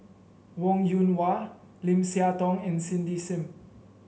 Wong Yoon Wah Lim Siah Tong and Cindy Sim